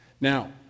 now